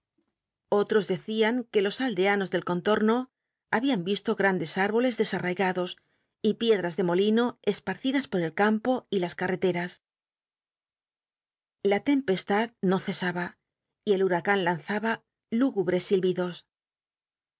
otros decían ue los aldeanos del conlorno habían visto grandes árboles desarraigados y piedras de molino esparcidas por el campo y las c u eteras la tempestad no cesaba y el humean lanzaba lúgubres silbidos